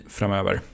framöver